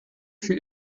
für